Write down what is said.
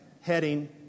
heading